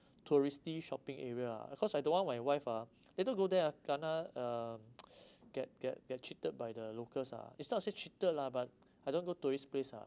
touristy shopping area ah cause I don't want my wife ah later go there ah gonna uh get get get cheated by the locals ah it's not say cheated lah but I don't go tourist place ah